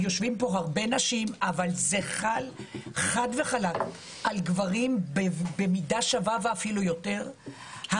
זה חל על גברים במידה שווה ואפילו יותר,